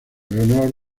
leonor